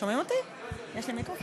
אבקש להודיע על חילופי אישים בוועדת